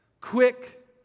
quick